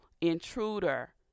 intruder